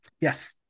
Yes